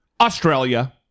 Australia